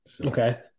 Okay